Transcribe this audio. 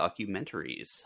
documentaries